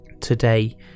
today